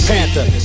Panther